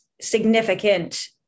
significant